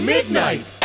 Midnight